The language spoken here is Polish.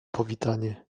powitanie